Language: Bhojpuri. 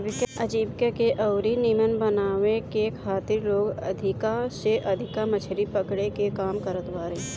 आजीविका के अउरी नीमन बनावे के खातिर लोग अधिका से अधिका मछरी पकड़े के काम करत बारे